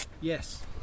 Yes